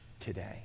today